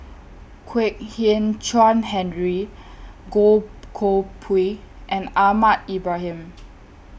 Kwek Hian Chuan Henry Goh Koh Pui and Ahmad Ibrahim